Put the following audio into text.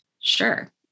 sure